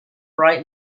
bright